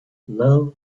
love